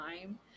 time